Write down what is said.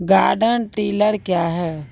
Garden tiller क्या हैं?